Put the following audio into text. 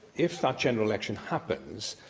if that general election happens,